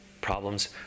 Problems